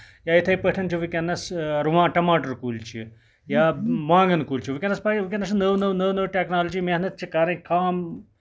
یا یِتھٕے پٲٹھۍ چھِ وٕنکیٚنس رُوان ٹَماٹر کُلۍ چھِ یا وانگن کُلۍ چھِ وٕنکیٚنس پَزِ وٕنکیٚنس چھِ نٔو نٔو ٹیکنالجی محنت چھِ کَرٕنۍ خام